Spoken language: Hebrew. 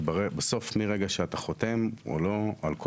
כי בסוף מרגע שאתה חותם או לא על כל